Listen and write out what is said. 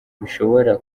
bishobora